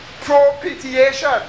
Propitiation